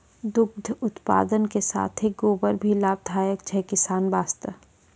दुग्ध उत्पादन के साथॅ गोबर भी लाभदायक छै किसान वास्तॅ